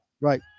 Right